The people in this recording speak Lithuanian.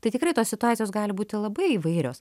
tai tikrai tos situacijos gali būti labai įvairios